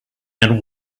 and